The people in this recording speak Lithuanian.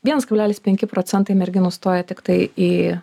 vienas kablelis penki procentai merginų stoja tiktai į